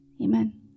Amen